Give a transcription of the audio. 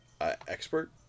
expert